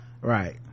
right